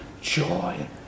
joy